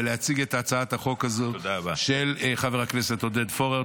ולהציג את הצעת החוק הזו של חבר הכנסת עודד פורר.